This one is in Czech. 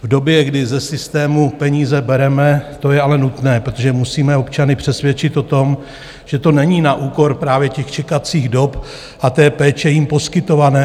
V době, kdy ze systému peníze bereme, to je ale nutné, protože musíme občany přesvědčit o tom, že to není na úkor právě čekacích dob a péče jim poskytované.